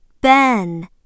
ben